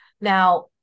now